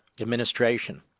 administration